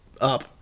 up